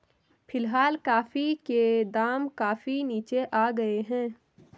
फिलहाल कॉफी के दाम काफी नीचे आ गए हैं